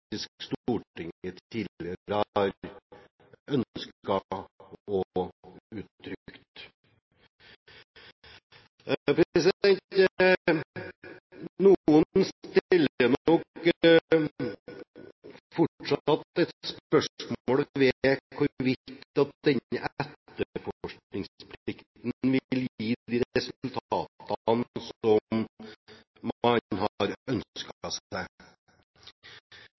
tidligere har ønsket og uttrykt. Noen stiller nok fortsatt spørsmål ved hvorvidt denne etterforskningsplikten vil gi de resultatene som man har ønsket seg.